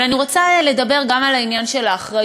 אבל אני רוצה לדבר גם על העניין של האחריות